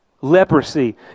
Leprosy